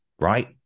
right